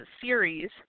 series